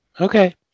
Okay